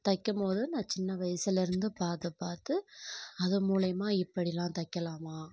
தைக்கும் போது நான் சின்ன வயசுலிருந்து பார்த்து பார்த்து அது மூலயமா இப்படியெலாம் தைக்கலாமா